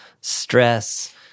stress